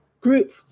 group